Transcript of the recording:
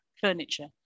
furniture